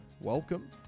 welcome